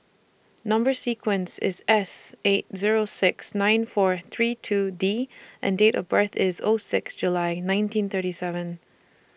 Number sequence IS S eight Zero six nine four three two D and Date of birth IS O six July nineteen thirty seven